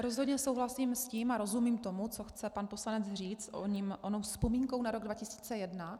Rozhodně souhlasím s tím a rozumím tomu, co chce pan poslanec říct onou vzpomínkou na rok 2001.